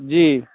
जी